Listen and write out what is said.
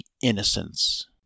innocence